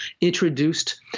introduced